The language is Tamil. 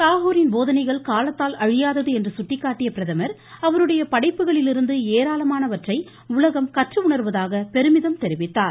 தாகூரின் போதனைகள் காலத்தால் அழியாதது என்று சுட்டிக்காட்டிய பிரதமா் அவருடைய படைப்புகளிலிருந்து ஏராளமானவற்றை உலகம் கற்றுணா்வதாக பெருமிதம் தெரிவித்தார்